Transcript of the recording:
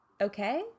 okay